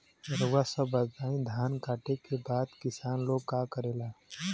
रउआ सभ बताई धान कांटेके बाद किसान लोग का करेला?